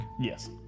yes